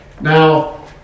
Now